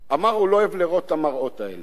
הוא לא אוהב לראות את המראות האלה.